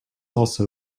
also